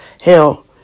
hell